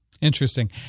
Interesting